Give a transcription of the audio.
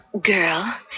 girl